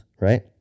Right